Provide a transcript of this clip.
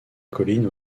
colline